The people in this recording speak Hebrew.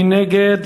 מי נגד?